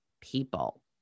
people